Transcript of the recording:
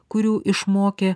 kurių išmokė